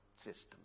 system